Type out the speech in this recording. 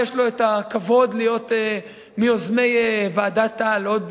שיש לו הכבוד להיות מיוזמי ועדת-טל עוד